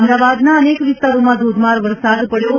અમદાવાદના અનેક વિસ્તારોમાં ધોધમાર વરસાદ પડ્યો છે